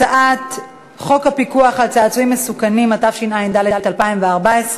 הצעת חוק הפיקוח על צעצועים מסוכנים, התשע"ד 2014,